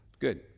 Good